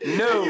no